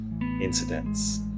incidents